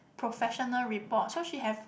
professional report so she have